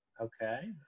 Okay